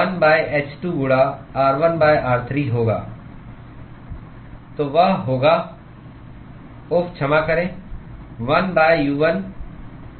1 h2 गुणा r1 r3 होगा तो वह होगा उफ़ क्षमा करें 1 U1 धन्यवाद